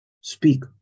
Speak